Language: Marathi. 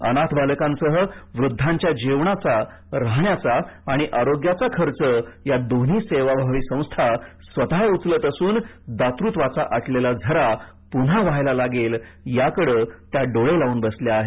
अनाथ बालकांसह वृद्वांच्या जेवणाचा राहण्याचा आणि आरोग्याचा खर्च या दोन्ही सेवाभावी संस्था स्वत उचलत असून दातृत्वाचा आटलेला झरा पुन्हा वाहायला लागेल याकडे या सेवाभावी संस्था डोळे लावून बसल्या आहेत